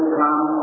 come